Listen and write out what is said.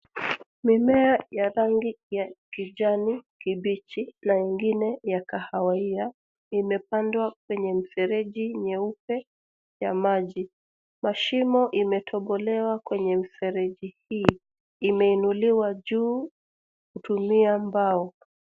Mimea ya rangi ya kijani kibichi na ingine ya kahawia imepandwa kwenye mfereji nyeupe ya maji. mashimo imetobolewa kwenye mfereji hii imeunuliwa juu kutumia mbao.